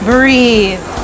Breathe